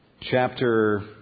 chapter